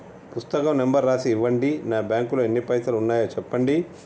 పుస్తకం నెంబరు రాసి ఇవ్వండి? నా బ్యాంకు లో ఎన్ని పైసలు ఉన్నాయో చెప్పండి?